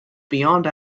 beyond